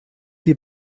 die